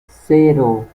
cero